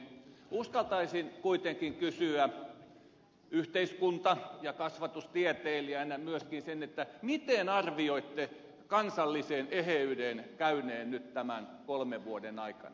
uskaltaisin kuitenkin kysyä yhteiskunta ja kasvatustieteilijänä myöskin sitä miten arvioitte kansalliselle eheydelle käyneen nyt tämän kolmen vuoden aikana